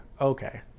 okay